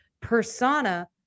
persona